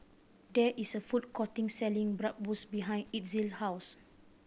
there is a food courting selling Bratwurst behind Itzel's house